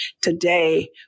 today